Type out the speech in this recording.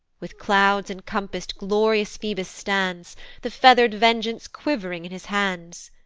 with clouds incompass'd glorious phoebus stands the feather'd vengeance quiv'ring in his hands.